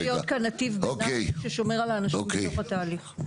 צריך להיות כאן נתיב ביניים ששומר על האנשים בסוף התהליך.